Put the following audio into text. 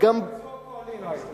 ולא יימצאו הפועלים.